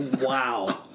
Wow